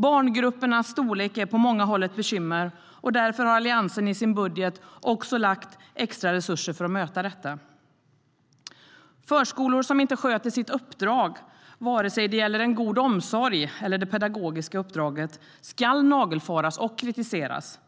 Barngruppernas storlek är på många håll ett bekymmer, och därför har Alliansen i sin budget också lagt extra resurser för att möta detta. Förskolor som inte sköter sitt uppdrag vare sig det gäller en god omsorg eller det pedagogiska uppdraget ska nagelfaras och kritiseras.